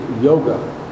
yoga